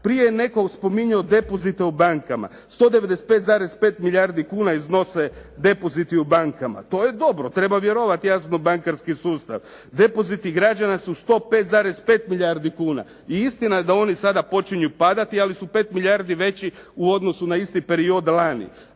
Prije je netko spominjao depozite u bankama, 195,5 milijardi kuna iznose depoziti u bankama. To je dobro, treba vjerovati jasno u bankarski sustav. Depoziti građana su 105,5 milijardi kuna i istina je da oni sada počinju padati, ali su 5 milijardi veći u odnosu na isti period lani.